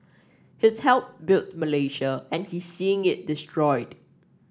he's helped built Malaysia and he's seeing it destroyed